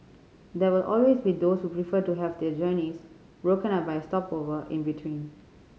there will always be those who prefer to have their journeys broken up by a stopover in between